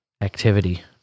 activity